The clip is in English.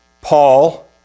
Paul